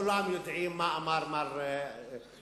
כולם יודעים מה אמר מר כץ,